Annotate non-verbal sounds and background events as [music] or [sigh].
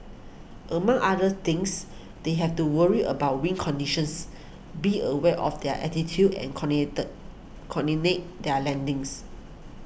among other things they have to worry about wind conditions be aware of their altitude and [unintelligible] coordinate their landings